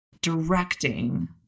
directing